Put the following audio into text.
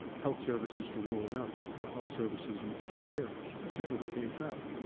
health services to rural america. or health services into poor areas, and the people who can't travel. yeah